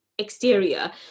Exterior